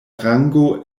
rango